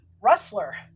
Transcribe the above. Rustler